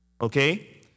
Okay